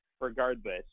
regardless